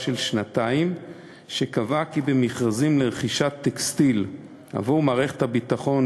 של שנתיים שקבעה כי במכרזים לרכישת טקסטיל עבור מערכת הביטחון